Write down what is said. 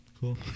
Cool